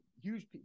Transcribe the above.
huge –